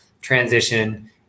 transition